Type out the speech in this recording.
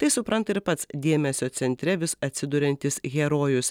tai supranta ir pats dėmesio centre vis atsiduriantis herojus